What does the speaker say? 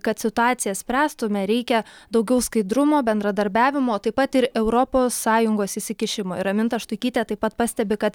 kad situaciją spręstume reikia daugiau skaidrumo bendradarbiavimo taip pat ir europos sąjungos įsikišimo ir raminta štuikytė taip pat pastebi kad